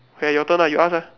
K your turn lah you ask ah